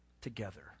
together